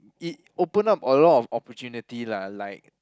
it open up a lot of opportunity lah like